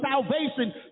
salvation